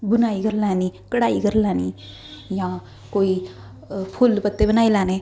बुनाई करी लैनी कढाई करी लैनी जां कोई फुल्ल पत्ते बनाई लैने